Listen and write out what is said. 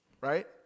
right